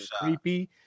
creepy